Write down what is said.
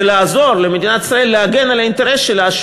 זה לעזור למדינת ישראל להגן על האינטרס שלה,